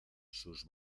sus